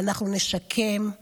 אנחנו נשקם,